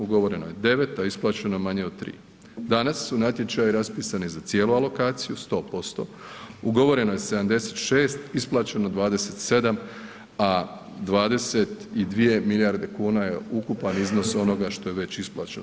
Ugovoreno je 9 a isplaćeno manje od 3. Danas su natječaji raspisani za cijelu alokaciju, 100%, ugovoreno je 76, isplaćeno 27 a 22 milijarde kuna je ukupan iznos onoga što je već isplaćeno.